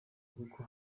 kuko